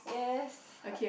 yes